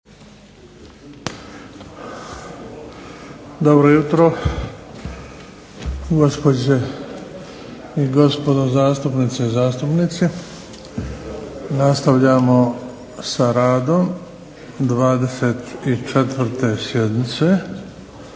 Dobro jutro, gospođe i gospodo zastupnice i zastupnici. Nastavljamo s radom 24. sjednice